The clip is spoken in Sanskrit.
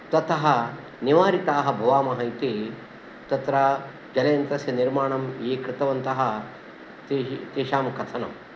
ततः निवारिताः भवामः इति तत्र जलयन्त्रस्य निर्माणं ये कृतवन्तः तैः तेषां कथनम्